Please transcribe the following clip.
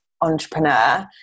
entrepreneur